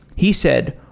he said,